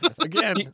Again